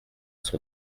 son